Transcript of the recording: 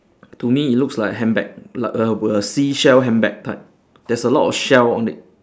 to me it looks like handbag like a a seashell handbag type there's a lot of shell on it